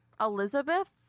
Elizabeth